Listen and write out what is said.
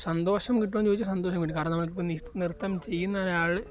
സന്തോഷം കിട്ടുമോന്ന് ചോദിച്ചാല് സന്തോഷം കിട്ടും കാരണം നമക്കിപ്പോള് നൃത്തം ചെയ്യുന്നൊരാള്